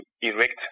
erect